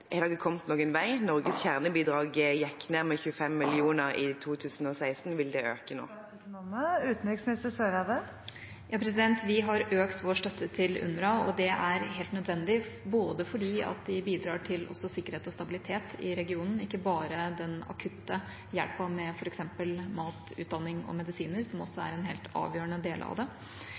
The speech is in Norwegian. Har en kommet noen vei? Norges kjernebidrag gikk ned med 25 mill. kr i 2016. Vil det øke nå? Vi har økt vår støtte til UNRWA, og det er helt nødvendig fordi de bidrar til sikkerhet og stabilitet i regionen og ikke bare til den akutte hjelpen med f.eks. mat, utdanning og medisiner, som er en helt avgjørende del av det.